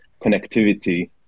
connectivity